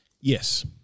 Yes